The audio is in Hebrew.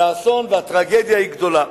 והאסון והטרגדיה הם גדולים.